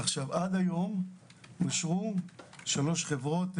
עד היום אושרו שלוש חברות,